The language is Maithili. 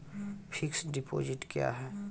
फिक्स्ड डिपोजिट क्या हैं?